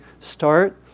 start